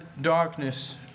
darkness